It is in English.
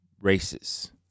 races